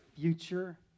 future